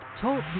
Talk